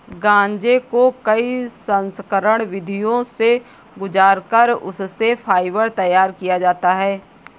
गांजे को कई संस्करण विधियों से गुजार कर उससे फाइबर तैयार किया जाता है